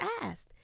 asked